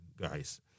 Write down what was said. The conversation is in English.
guys